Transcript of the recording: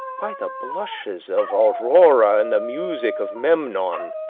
by the blushes of aurora and the music of memnon,